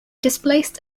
displaced